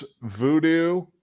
Voodoo